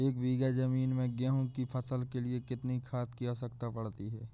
एक बीघा ज़मीन में गेहूँ की फसल के लिए कितनी खाद की आवश्यकता पड़ती है?